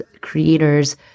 creators